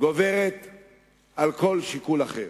גוברת על כל שיקול אחר.